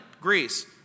Greece